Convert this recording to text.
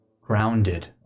grounded